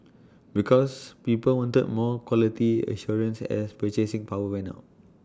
because people wanted more quality assurance as purchasing power went up